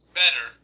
better